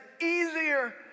easier